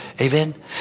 Amen